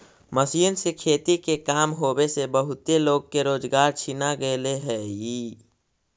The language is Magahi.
मशीन से खेती के काम होवे से बहुते लोग के रोजगार छिना गेले हई